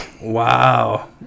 wow